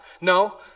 No